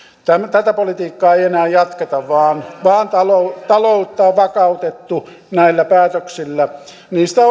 tätä politiikkaa ei enää jatketa vaan vaan taloutta taloutta on vakautettu näillä päätöksillä niistä